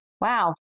wow